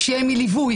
שיהיו עם ליווי.